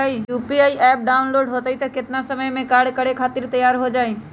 UPI app download होई त कितना समय मे कार्य करे खातीर तैयार हो जाई?